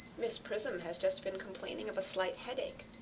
miss prism has just been complaining of a slight headache.